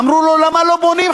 אמרו לו: למה לא בונים?